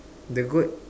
the goat